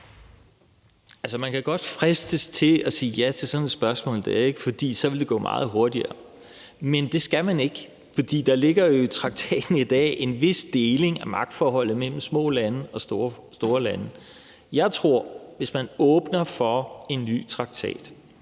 jeg kan godt fristes til at sige ja til sådan et spørgsmål der, for så vil det gå meget hurtigere. Men det skal man ikke, for der ligger jo i traktaten i dag en vis deling af magtforholdet mellem små lande og store lande. Jeg tror, at hvis man åbner for en ny traktat,